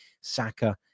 Saka